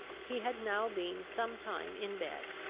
he had now been some time in bed,